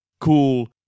cool